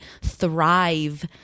thrive